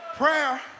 Prayer